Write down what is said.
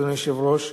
אדוני היושב-ראש,